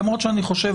למרות שאני חושב,